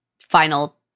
final